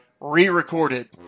re-recorded